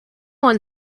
one